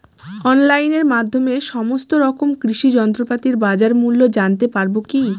অনলাইনের মাধ্যমে সমস্ত রকম কৃষি যন্ত্রপাতির বাজার মূল্য জানতে পারবো কি?